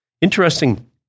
Interesting